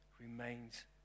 remains